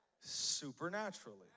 supernaturally